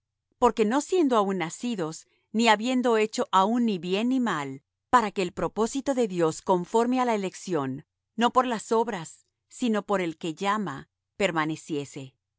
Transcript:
porque no siendo aún nacidos ni habiendo hecho aún ni bien ni mal para que el propósito de dios conforme á la elección no por las obras sino por el que llama permaneciese